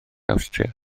awstria